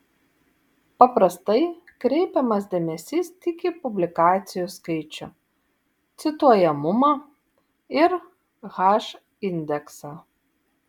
paprastai kreipiamas dėmesys tik į publikacijų skaičių cituojamumą ir h indeksą